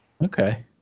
Okay